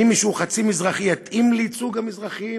האם מי שהוא חצי מזרחי יתאים לייצוג המזרחיים,